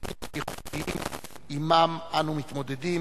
אנחנו יודעים,